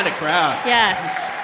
and crowd yes.